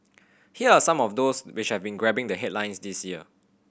here are some of those which have grabbing the headlines this year